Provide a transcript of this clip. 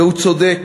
והוא צודק.